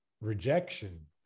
rejection